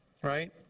right?